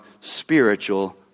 spiritual